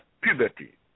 puberty